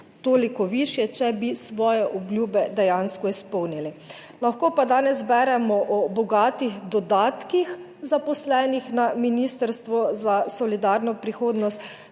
toliko višje, če bi svoje obljube dejansko izpolnili. Lahko pa danes beremo o bogatih dodatkih zaposlenih na Ministrstvu za solidarno prihodnost,